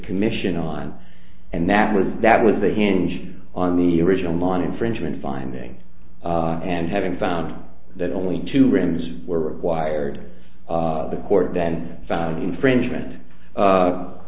commission on and that was that was the hinge on the original on infringement finding and having found that only two rooms were required the court then found an infringement